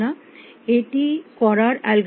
এটি করার অ্যালগরিদম টি কী